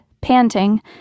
panting